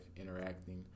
interacting